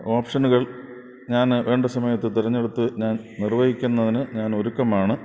ഓപ്ഷനുകൾ ഞാന് വേണ്ട സമയത്ത് തെരഞ്ഞെടുത്ത് ഞാൻ നിർവഹിക്കുന്നതിന് ഞാനൊരുക്കമാണ്